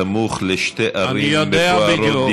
סמוך לשתי ערים מפוארות,